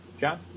John